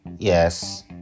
Yes